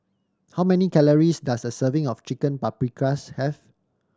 how many calories does a serving of Chicken Paprikas have